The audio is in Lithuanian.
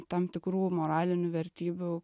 tam tikrų moralinių vertybių